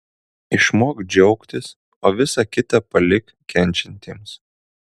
išmok džiaugtis o visa kita palik kenčiantiems